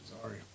Sorry